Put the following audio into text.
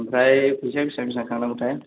ओमफ्राय फैसाया बेसेबां बेसेबां खांनांगौथाय